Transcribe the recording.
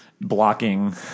blocking